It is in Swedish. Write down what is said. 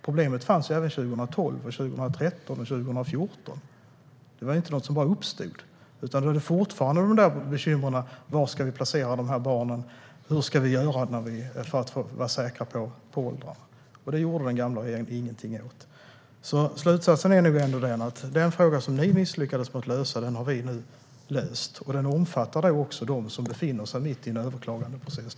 Problemet fanns även 2012, 2013 och 2014; det uppstod inte bara. Det var bekymmer med var barnen skulle placeras och hur man skulle vara säker på åldrar. Här gjorde den gamla regeringen inget. Slutsatsen är nog ändå att vi har löst det problem som ni misslyckades att lösa. Det omfattar också dem som befinner sig mitt i en överklagandeprocess.